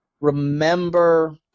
remember